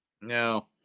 No